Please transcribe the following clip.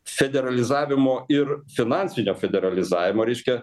federalizavimo ir finansinio federalizavimo reiškia